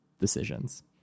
decisions